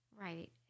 Right